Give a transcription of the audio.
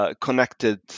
Connected